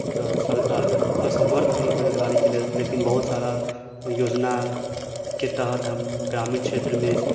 तऽ सरकार असमर्थ हइ बेरोजगारीके लेल लेकिन बहुत सारा योजनाके तहत हम ग्रामीण क्षेत्रमे